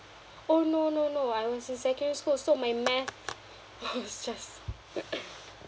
oh no no no I was in secondary school so my math was just